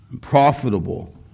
profitable